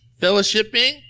fellowshipping